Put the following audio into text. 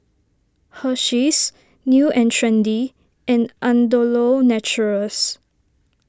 Hersheys New and Trendy and Andalou Naturals